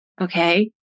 Okay